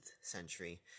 century